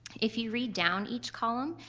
if you read down each column,